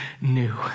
new